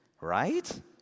right